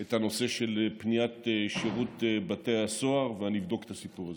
את הנושא של פניית שירות בתי הסוהר ואני אבדוק את הסיפור הזה.